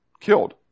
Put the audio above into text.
Killed